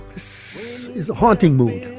this is a haunting mood,